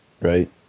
right